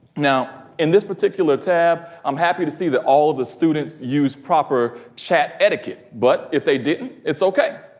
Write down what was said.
now in this particular tab, i'm happy to see that all of the students use proper chat etiquette. but if they didn't, it's okay.